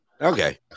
Okay